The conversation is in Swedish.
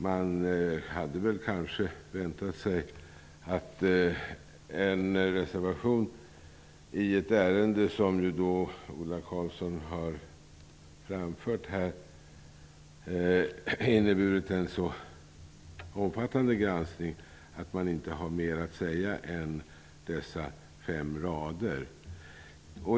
Man hade väl kanske väntat sig att en reservation i ett ärende vilket, som Ola Karlsson påpekade, har inneburit en så omfattande granskning, skulle innehålla mer än vad som sägs i dessa fem rader.